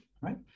right